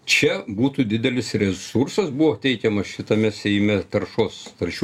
čia būtų didelis resursas buvo teikiamas šitame seime taršos taršių